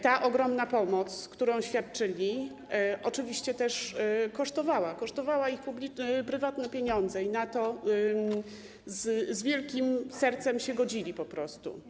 Ta ogromna pomoc, którą świadczyli, oczywiście też kosztowała, kosztowała ich prywatne pieniądze, i na to z wielkim sercem się godzili po prostu.